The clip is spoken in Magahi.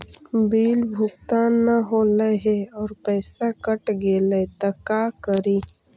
बिल भुगतान न हौले हे और पैसा कट गेलै त का करि?